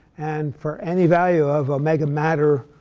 and for any value of omega matter,